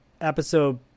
episode